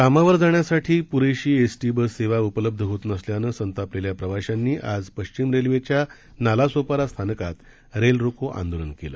कामावर जाण्यासाठी प्रेशी एस टी बस सेवा उपलब्ध होत नसल्यानं संतापलेल्या प्रवाशांनी आज पश्चिम रेल्वेच्या नालासोपारा स्थानकात रेल रोको आंदोलन केलं